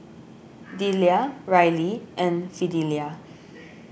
Dellia Rylee and Fidelia